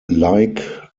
like